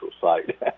site